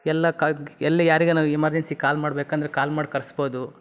ಎಲ್ಲ ಎಲ್ಲಿ ಯಾರಿಗಾರ ಎಮರ್ಜೆನ್ಸಿ ಕಾಲ್ ಮಾಡಬೇಕಂದ್ರೆ ಕಾಲ್ ಮಾಡಿ ಕರ್ಸ್ಬೋದು